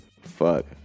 Fuck